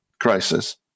crisis